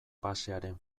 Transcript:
pasearen